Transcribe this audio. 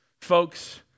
Folks